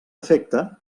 efecte